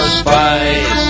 spice